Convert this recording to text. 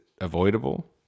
avoidable